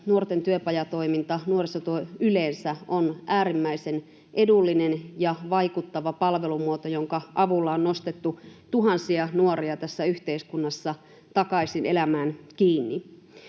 nuorten työpajatoiminta ja nuorisotyö yleensä ovat äärimmäisen edullisia ja vaikuttavia palvelumuotoja, joiden avulla on nostettu tuhansia nuoria tässä yhteiskunnassa takaisin elämään kiinni.